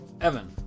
Evan